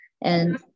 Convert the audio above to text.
and-